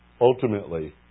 Ultimately